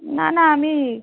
না না আমি